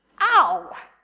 Ow